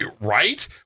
Right